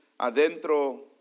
adentro